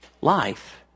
life